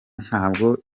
ntabwo